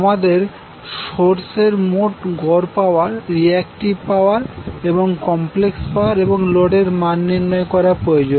আমাদের সোর্সের মোট গড় পাওয়ার রিয়ক্টিভ পাওয়ার এবং কমপ্লেক্স পাওয়ার এবং লোডের মান নির্ণয় করা প্রয়োজন